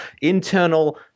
internal